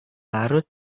larut